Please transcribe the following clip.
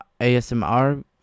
ASMR